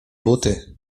buty